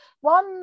One